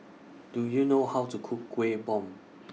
Do YOU know How to Cook Kueh Bom